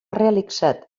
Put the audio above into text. realitzat